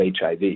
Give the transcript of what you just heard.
HIV